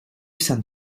sainte